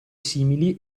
simili